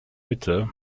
mitte